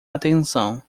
atenção